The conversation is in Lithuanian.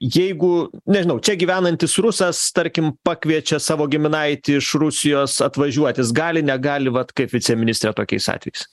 jeigu nežinau čia gyvenantis rusas tarkim pakviečia savo giminaitį iš rusijos atvažiuot jis gali negali vat kaip viceministre tokiais atvejais